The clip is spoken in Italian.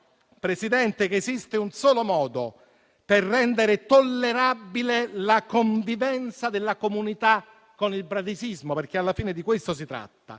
Presidente, che esiste un solo modo per rendere tollerabile la convivenza della comunità con il bradisismo, perché alla fine di questo si tratta: